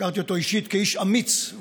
הכרתי אותו אישית כאיש אמיץ.